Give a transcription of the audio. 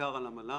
בעיקר על המל"ל,